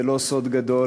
זה לא סוד גדול,